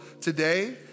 today